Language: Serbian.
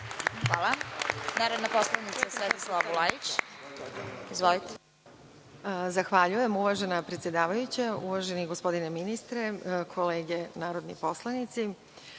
Hvala. Narodna poslanica Svetislava Bulajić. Izvolite. **Svetislava Bulajić** Zahvaljujem. Uvažena predsedavajuća, uvaženi gospodine ministre, kolege narodni poslanici,